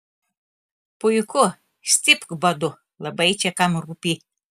puiku stipk badu labai čia kam rūpi